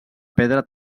pedra